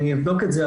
אני אבדוק את זה,